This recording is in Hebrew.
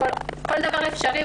על כל דבר אפשרי,